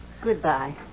Goodbye